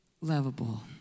lovable